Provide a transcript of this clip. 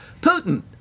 Putin